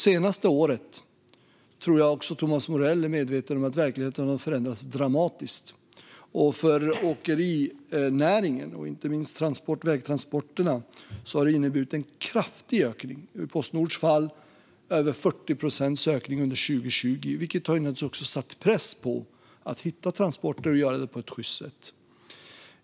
Jag tror att också Thomas Morell är medveten om att verkligheten har förändrats dramatiskt det senaste året. För åkerinäringen, inte minst för vägtransporterna, har det inneburit en kraftig ökning. I Postnords fall har det varit över 40 procents ökning under 2020, vilket naturligtvis har satt press på att hitta transporter och att göra det på ett sjyst sätt.